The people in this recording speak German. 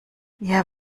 ihr